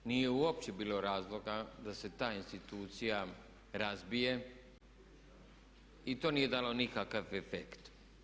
Nije uopće bilo razloga da se ta institucija razbije i to nije dalo nikakav efekt.